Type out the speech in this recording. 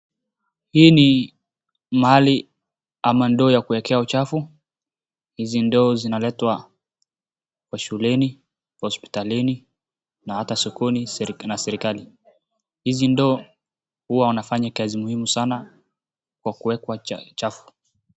Hii ni mahali ama ndoo ya kuekea uchafu. Hizi ndoo zinaletwa kwa shuleni, hospitalini na hata sokoni na serikali. Hizi ndoo uwa wanafanya kazi mihimu sana kwa kuwekwa chafuchafu.